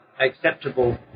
acceptable